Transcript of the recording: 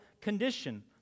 condition